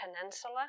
Peninsula